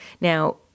Now